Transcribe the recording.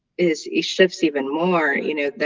is is shifts even more you know,